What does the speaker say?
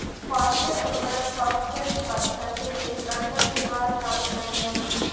phosphate उर्वरक, phosphate पत्थर से निष्कर्षण के द्वारा प्राप्त कईल जाला